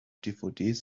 dvds